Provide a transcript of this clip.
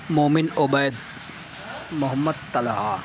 Momin Ubaid Mohammad Talha